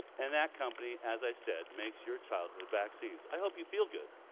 and that company as i said makes your childhood vaccines. i hope you feel good,